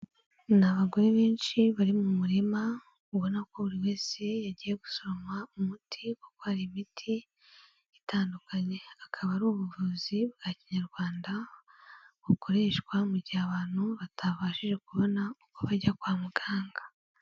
Ni abagore benshi bari mu murima, ubona ko buri wese yagiye gusoroma umuti, kuko hari imiti itandukanye, akaba ari ubuvuzi bwa kinyarwanda, bukoreshwa mu gihe abantu batabashije kubona uko bajya kwa muganga.